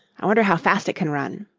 i wonder how fast it can run.